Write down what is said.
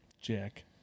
Jack